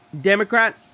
Democrat